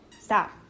stop